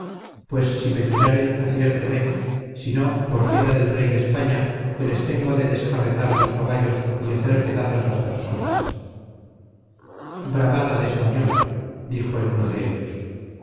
pues si me tirare aciérteme sino por vida del rey de españa que les tengo de desjarretar los caballos y hacer pedazos las personas bravata de español dijo el uno de ellos